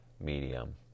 medium